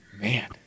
Man